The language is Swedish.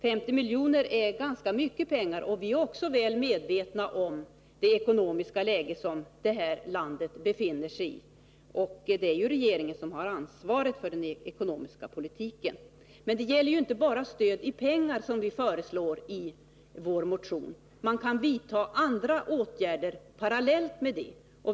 50 milj.kr. är ganska mycket pengar. Vi är också väl medvetna om det ekonomiska läge som vårt land befinner sig i — och det är ju regeringen som har ansvaret för den ekonomiska politiken. Men det är inte bara stöd i pengar som vi föreslår i vår motion. Man kan vidta andra åtgärder parallellt därmed.